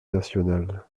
national